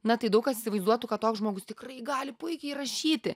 na tai daug kas įsivaizduotų kad toks žmogus tikrai gali puikiai rašyti